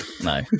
no